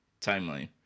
timeline